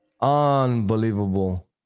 unbelievable